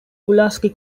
pulaski